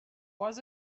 was